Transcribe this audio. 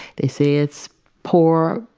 they say it's poorer,